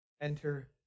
Enter